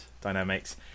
Dynamics